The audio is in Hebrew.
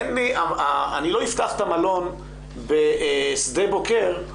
אני לא אפתח את המלון בשדה בוקר,